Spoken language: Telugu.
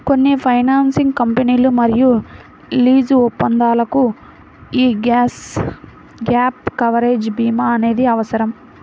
కొన్ని ఫైనాన్సింగ్ కంపెనీలు మరియు లీజు ఒప్పందాలకు యీ గ్యాప్ కవరేజ్ భీమా అనేది అవసరం